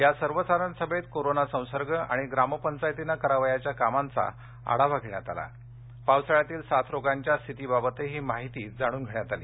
या सर्व साधारण सभेत कोरोना संसर्ग आणि ग्रामपंचायतीने करावयाच्या कामांचा आढावा घेण्यात आला पावसाळ्यातील साथरोगांच्या स्थितीबाबतही माहिती जाणून घेण्यात आली